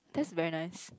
that's very nice